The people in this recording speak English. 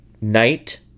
night